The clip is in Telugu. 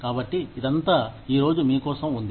కాబట్టి ఇదంతా ఈ రోజు మీ కోసం ఉంది